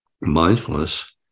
mindfulness